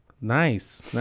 Nice